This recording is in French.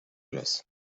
glace